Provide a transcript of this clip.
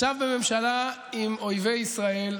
ישב בממשלה עם אויבי ישראל,